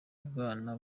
bwana